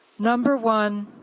number one,